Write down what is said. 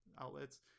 outlets